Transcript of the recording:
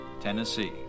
Tennessee